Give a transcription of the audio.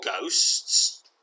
ghosts